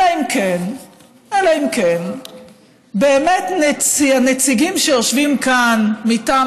אלא אם כן באמת נציגים שיושבים כאן מטעם